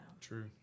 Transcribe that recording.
true